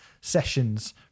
Sessions